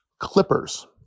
Clippers